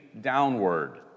downward